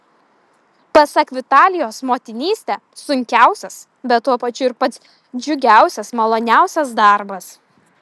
pasak vitalijos motinystė sunkiausias bet tuo pačiu ir pats džiugiausias maloniausias darbas